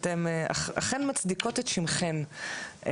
אתן אכן מצדיקות את שמכן,